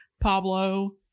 Pablo